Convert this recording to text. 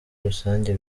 rusange